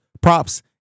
props